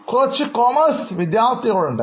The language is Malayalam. കുറച്ച് കൊമേഴ്സ് വിദ്യാർത്ഥികളുണ്ട്